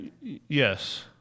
Yes